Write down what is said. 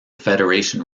federation